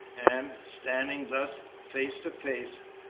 and, standing thus face to face,